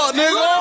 nigga